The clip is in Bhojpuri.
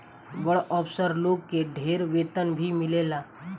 बड़ अफसर लोग के ढेर वेतन भी मिलेला